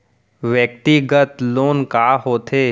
व्यक्तिगत लोन का होथे?